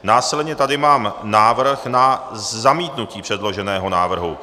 Následně tady mám návrh na zamítnutí předloženého návrhu.